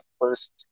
first